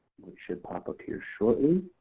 which should pop up here shortly.